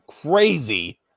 crazy